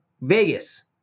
Vegas